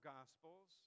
Gospels